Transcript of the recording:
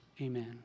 Amen